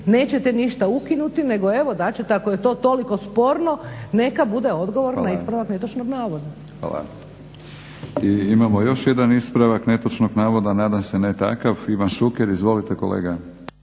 nećete ništa ukinuti nego evo dat ćete ako je to toliko sporno neka bude odgovor na ispravak netočnog navoda. **Batinić, Milorad (HNS)** Hvala. I imamo još jedan ispravak netočnog navoda, nadam se ne takav. Ivan Šuker. Izvolite kolega.